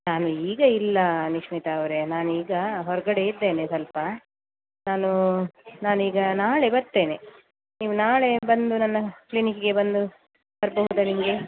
ನಾನು ಈಗ ಇಲ್ಲ ನಿಶ್ಮಿತಾ ಅವರೇ ನಾನೀಗ ಹೊರಗಡೆ ಇದ್ದೇನೆ ಸ್ವಲ್ಪ ನಾನು ನಾನೀಗ ನಾಳೆ ಬರ್ತೇನೆ ನೀವು ನಾಳೆ ಬಂದು ನನ್ನ ಕ್ಲಿನಿಕ್ಕಿಗೆ ಬಂದು ಬರ್ಬೌದಾ ನಿಮಗೆ